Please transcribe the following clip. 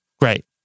Great